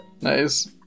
Nice